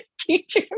teacher